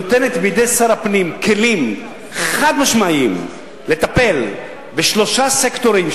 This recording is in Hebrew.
נותנת בידי שר הפנים כלים חד-משמעיים לטפל בשלושה סקטורים,